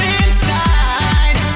inside